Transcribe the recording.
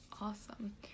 Awesome